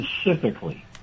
specifically